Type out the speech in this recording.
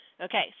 Okay